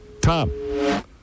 Tom